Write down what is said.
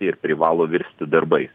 ir privalo virsti darbai